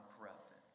corrupted